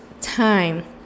time